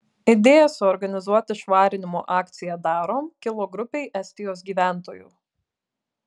idėja suorganizuoti švarinimo akciją darom kilo grupei estijos gyventojų